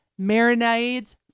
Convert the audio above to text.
marinades